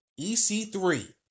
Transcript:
EC3